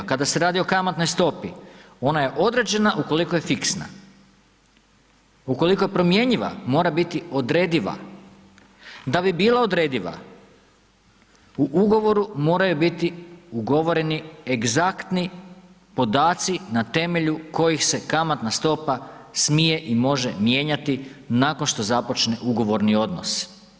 Kada se radi o kamatnoj stopi ona je određena ukoliko je fiksna, ukoliko je promjenjiva mora biti odrediva, da bi bila odrediva u ugovoru moraju biti ugovoreni egzaktni podatci na temelju kojih se kamatna stopa smije i može mijenjati nakon što započne ugovorni odnos.